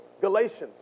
Galatians